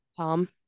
Tom